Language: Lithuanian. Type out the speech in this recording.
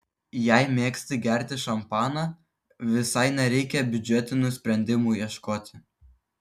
jei mėgsti gerti šampaną visai nereikia biudžetinių sprendimų ieškoti